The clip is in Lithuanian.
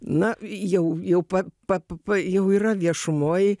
na jau jau pa pa pa pa jau yra viešumoj